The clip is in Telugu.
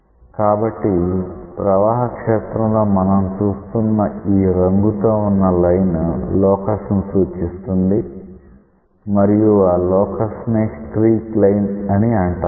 కాబట్టి ప్రవాహ క్షేత్రం లో మనం చూస్తున్న ఈ రంగుతో వున్న లైన్ లోకస్ ని సూచిస్తుంది మరియు ఆ లోకస్ నే స్ట్రీక్ లైన్ అని అంటాము